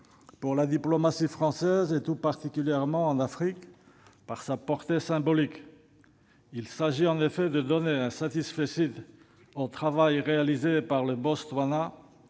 pour la diplomatie française, tout particulièrement en Afrique, par sa portée symbolique. Il s'agit en effet de donner un satisfecit au Botswana pour le travail